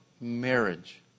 marriage